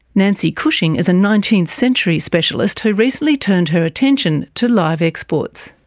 nancy cushing is a nineteenth century specialist who recently turned her attention to live exports.